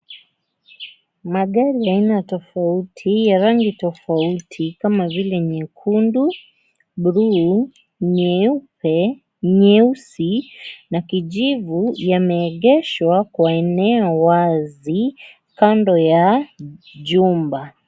Magari aina tofauti ya rangi tofauti kama vile nyekundu ,buluu, nyeupe, nyeusi na kijivu yameegeshwa kwa eneo wazi kando ya jumba.